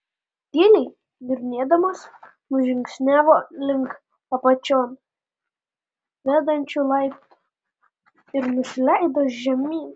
tyliai niurnėdamas nužingsniavo link apačion vedančių laiptų ir nusileido žemyn